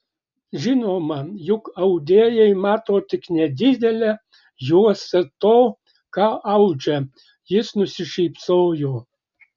žinoma juk audėjai mato tik nedidelę juostą to ką audžia jis nusišypsojo